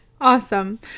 Awesome